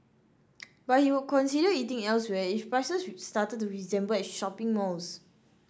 but he would consider eating elsewhere if prices started to resemble at shopping malls